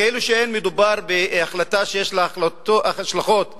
כאילו לא מדובר בהחלטה שיש לה השלכות אזרחיות.